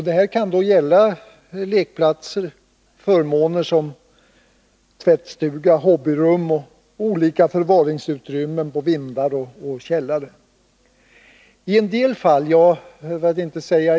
Det kan gälla lekplatser, förmåner som tvättstuga, hobbyrum, olika förvaringsutrymmen på vindar och i källare.